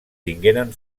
tingueren